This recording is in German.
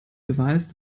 beweist